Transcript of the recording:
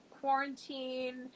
quarantine